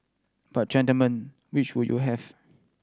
but gentlemen which would you have